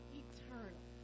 eternal